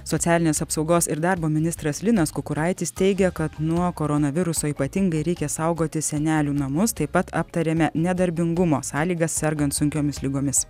socialinės apsaugos ir darbo ministras linas kukuraitis teigia kad nuo koronaviruso ypatingai reikia saugoti senelių namus taip pat aptarėme nedarbingumo sąlygas sergant sunkiomis ligomis